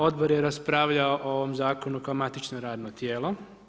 Odbor je raspravljao o ovom zakonu kao matično radno tijelo.